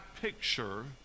picture